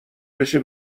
بشه